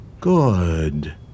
Good